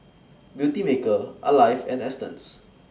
Beautymaker Alive and Astons